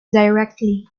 directly